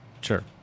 sure